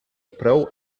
prou